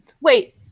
Wait